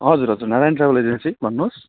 हजुर हजुर Narayan travel agency भन्नु होस्